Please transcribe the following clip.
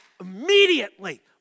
Immediately